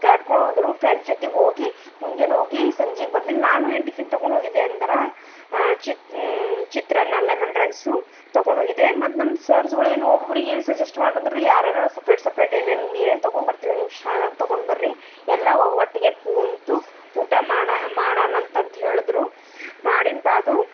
ಕರ್ಕೊಂಡೋದರು friends ಜೊತೆ ಹೋಗಿ ಮುಂಜಾನೆ ಹೋಗಿ ಸಂಜೆಗ್ ಬಂದೀನಿ ನಾನು ಏನು ಟಿಫಿನ್ ತೊಗೊಂಡೋಗಿದೆ ಅಂದರ ಚಿತ್ ಚಿತ್ರಾನ್ನ ಲೆಮನ್ ರೈಸು ತೊಗೊಂಡೋಗಿದ್ದೆ ಮತ್ತು ನಮ್ಮ ಸರ್ಸ್ಗಳೇನು ಒಬ್ಬೊಬ್ಬರಿಗೆ ಏನು ಸಜೆಸ್ಟ್ ಮಾಡಿದ್ರಂದ್ರ್ ಯಾರ್ಯಾರೋ ಸಪ್ರೇಟ್ ಸಪ್ರೇಟ್ ಏನೇನು ಏನು ತೊಗೊಂಡ್ ಬರ್ತಿರಿ ನೀವು ಹುಷಾರಾಗಿ ತೊಗೊಂಡು ಬರ್ರಿ ಎಲ್ಲಾ ಒಟ್ಟಿಗೆ ಕುಂತು ಊಟ ಮಾಡ ಮಾಡನ ಅಂತಂತೇಳಿದ್ರು ಮಾಡಿನ ಬಾದು